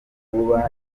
kuba